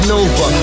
Nova